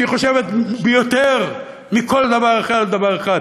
שהיא חושבת יותר מכל דבר אחר על דבר אחד: